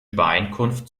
übereinkunft